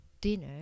dinner